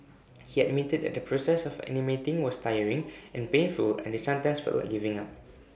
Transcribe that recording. he admitted that the process of animating was tiring and painful and they sometimes felt like giving up